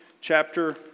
chapter